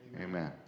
amen